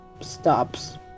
stops